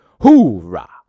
Hoorah